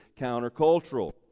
countercultural